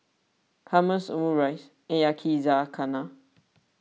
Hummus Omurice and Yakizakana